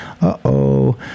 Uh-oh